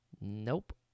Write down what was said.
nope